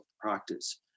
practice